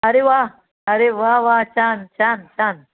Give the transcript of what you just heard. अरे वा अरे वा वा छान छान छान